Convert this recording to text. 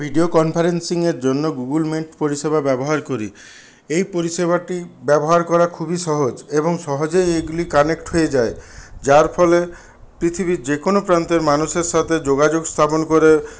video কনফারেন্সিংয়ের জন্য Google Meet পরিষেবা ব্যবহার করি এই পরিষেবাটি ব্যবহার করা খুবই সহজ এবং সহজেই এগুলি কানেক্ট হয়ে যায় যার ফলে পৃথিবীর যেকোনও প্রান্তের মানুষের সাথে যোগাযোগ স্থাপন করে